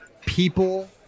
People